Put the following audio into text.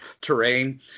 terrain